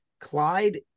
Clyde